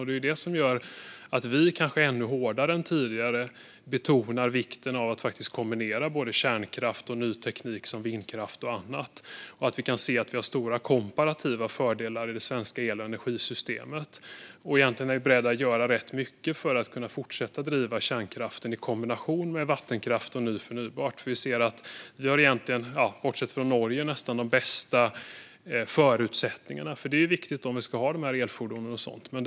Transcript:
Det är det som gör att vi kanske ännu hårdare än tidigare betonar vikten av att kombinera kärnkraft och ny teknik, som vindkraft och annat. Det finns stora komparativa fördelar i det svenska elenergisystemet, och vi är beredda att göra ganska mycket för att kunna fortsätta driva kärnkraften i kombination med vattenkraft och förnybart. Vi ser att Sverige, bortsett från Norge, har de bästa förutsättningarna. Och det är viktigt om vi ska ha de här elfordonen.